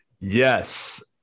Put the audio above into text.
Yes